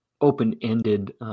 open-ended